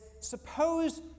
suppose